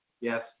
Yes